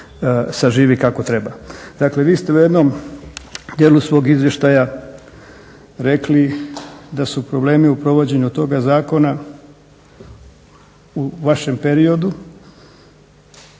saživi kako treba. Dakle, vi ste u jednom dijelu svog izvještaja rekli da su problemi u provođenju toga zakona u vašem periodu